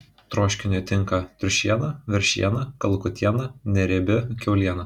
troškiniui tinka triušiena veršiena kalakutiena neriebi kiauliena